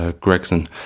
Gregson